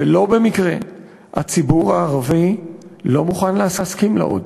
ולא במקרה הציבור הערבי לא מוכן להסכים לה עוד.